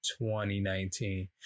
2019